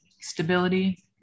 stability